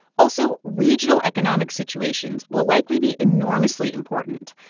also, regional economic situations will likely be enormously important.